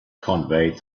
conveyed